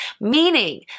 meaning